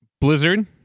Blizzard